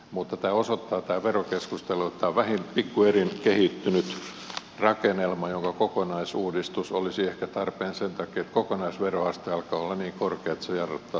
mutta tämä verokeskustelu osoittaa että tämä on vähin pikku erin kehittynyt rakennelma jonka kokonaisuudistus olisi ehkä tarpeen sen takia että kokonaisveroaste alkaa olla niin korkeaksi jarruttaa